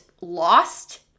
lost